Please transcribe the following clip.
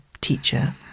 teacher